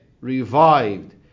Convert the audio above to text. revived